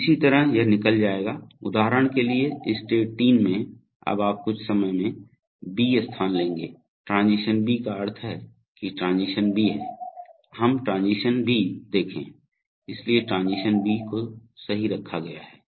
तो इसी तरह यह निकल जाएगा उदाहरण के लिए स्टेट 3 में अब आप कुछ समय में बी स्थान लेंगे ट्रांजीशन बी का अर्थ है कि ट्रांजीशन बी है हम ट्रांजीशन बी देखें इसलिए ट्रांजीशन बी को सही रखा गया है